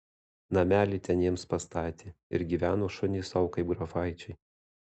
namelį ten jiems pastatė ir gyveno šunys sau kaip grafaičiai